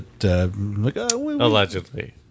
Allegedly